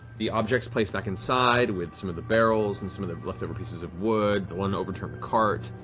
the objects placed back inside with some of the barrels and some of the leftover pieces of wood, the one overturned cart.